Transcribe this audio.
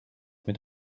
mit